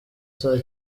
saa